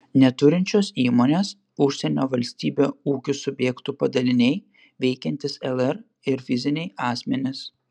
neturinčios įmonės užsienio valstybių ūkio subjektų padaliniai veikiantys lr ir fiziniai asmenys